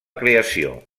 creació